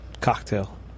Cocktail